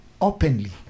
openly